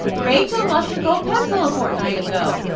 rachel lost her gold pencil a fortnight ago.